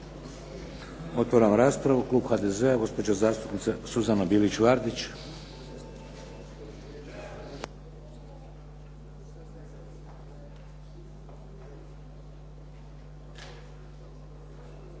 Otvaram raspravu. Klub HDZ-a gospođa zastupnica Suzana Bilić Vardić.